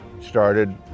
started